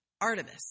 Artemis